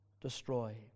destroy